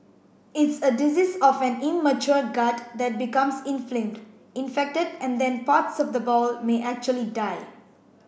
it's a disease of an immature gut that becomes inflamed infected and then parts of the bowel may actually die